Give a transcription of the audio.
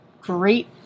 great